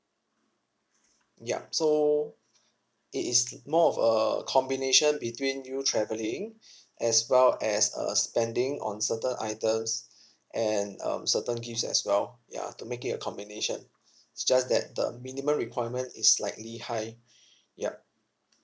yup so it is more of a combination between you travelling as well as uh spending on certain items and um certain gift as well ya to make it a combination it's just that the minimum requirement is slightly high yup